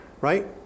right